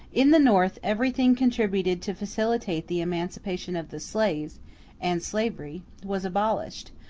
in the north everything contributed to facilitate the emancipation of the slaves and slavery was abolished,